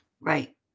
right